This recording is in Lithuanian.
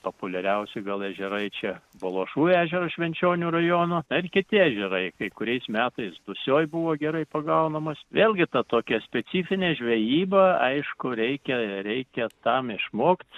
populiariausi gal ežerai čia baluošų ežeras švenčionių rajono na ir kiti ežerai kai kuriais metais dusioj buvo gerai pagaunamos vėlgi ta tokia specifinė žvejyba aišku reikia reikia tam išmokt